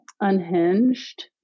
unhinged